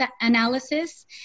analysis